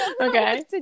Okay